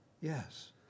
Yes